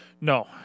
No